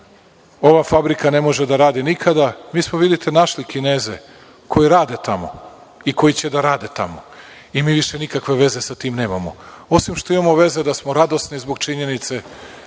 ova fabrika ne može da radi nikada, mi smo, vidite, našli Kineze koji rade tamo i koji će da rade tamo. I mi više nikakve veze sa tim nemamo, osim što imamo veze da smo radosni zbog činjenice